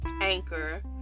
anchor